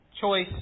choice